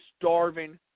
starving